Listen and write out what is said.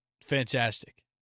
fantastic